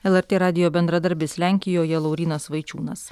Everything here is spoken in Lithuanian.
lrt radijo bendradarbis lenkijoje laurynas vaičiūnas